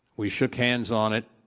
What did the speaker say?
we shook hands on it,